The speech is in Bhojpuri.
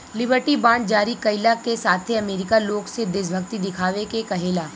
लिबर्टी बांड जारी कईला के साथे अमेरिका लोग से देशभक्ति देखावे के कहेला